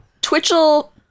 twitchell